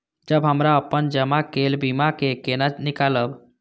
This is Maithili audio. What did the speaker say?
जब हमरा अपन जमा केल बीमा के केना निकालब?